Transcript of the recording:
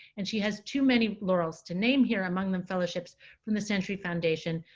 and she has too many laurels to name here. among them fellowships from the century foundation,